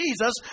Jesus